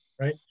Right